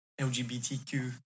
lgbtq